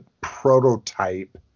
prototype